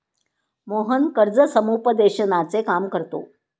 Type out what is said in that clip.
मोहन कर्ज समुपदेशनाचे काम करतो